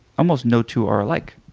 almost no two are alike.